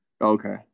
Okay